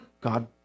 God